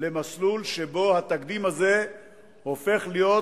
למסלול שבו התקדים הזה הופך להיות